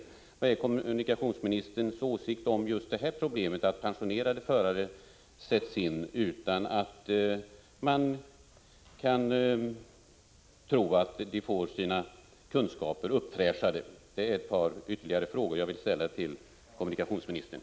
Vilken är kommunikationsministerns åsikt om just detta problem, att pensionerade lokförare sätts in utan att man har anledning anta att de får sina kunskaper uppfräschade? Detta var alltså ett par ytterligare frågor som jag ville ställa till kommunikationsministern.